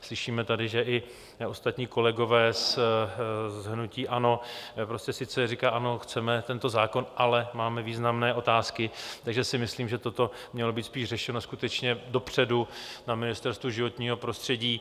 Slyšíme tady, že i ostatní kolegové z hnutí ANO sice říkají: Ano, chceme tento zákon, ale máme významné otázky, takže si myslím, že toto mělo být řešeno skutečně dopředu na Ministerstvu životního prostředí.